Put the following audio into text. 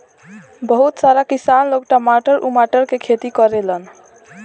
बहुत सारा किसान लोग टमाटर उमाटर के खेती करेलन